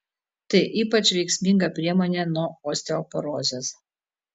tai ypač veiksminga priemonė nuo osteoporozės